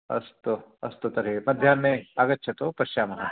अस्तु अस्तु तर्हि मध्याह्ने आगच्छतु पश्यामः